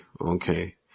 okay